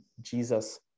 Jesus